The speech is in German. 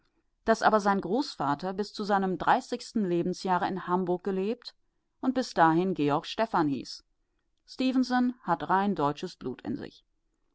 daß aber sein großvater bis zu seinem dreißigsten lebensjahre in hamburg gelebt hat und bis dahin georg stefan hieß stefenson hat rein deutsches blut in sich